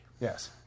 Yes